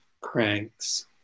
Cranks